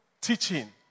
teaching